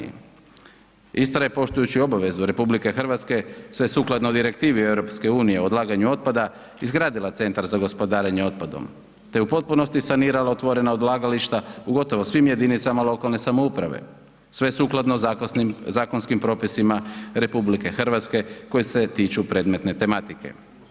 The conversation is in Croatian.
Istra je poštujući obavezu RH sve sukladno Direktivi EU o odlaganju otpada izgradila Centar za gospodarenje otpadom te je u potpunosti sanirala otvorena odlagališta u gotovo svim jadnicama lokalne samouprave, sve sukladno zakonskim propisima RH koji se tiču predmetne tematike.